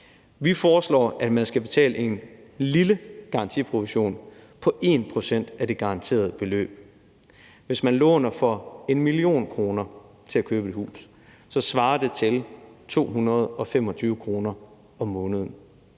Vi foreslår, at man skal betale en lille garantiprovision på 1 pct. af det garanterede beløb. Hvis man låner 1 mio. kr. til at købe et hus for, svarer det til 225 kr. om måneden.